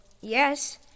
yes